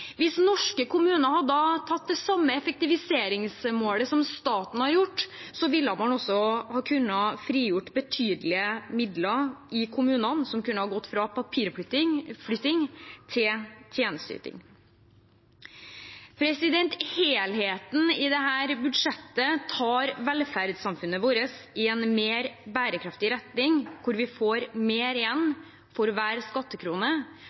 Hvis norske kommuner hadde hatt det samme effektiviseringsmålet som staten har hatt, kunne man også frigjort betydelige midler i kommunene, som kunne gått fra papirflytting til tjenesteyting. Helheten i dette budsjettet tar velferdssamfunnet vårt i en mer bærekraftig retning hvor vi får mer igjen for hver skattekrone,